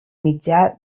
mitjà